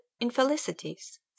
infelicities